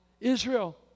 Israel